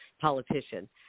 politician